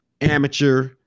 amateur